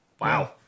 Wow